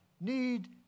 need